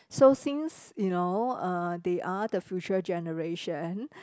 so since you know uh they are the future generation